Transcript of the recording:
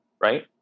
right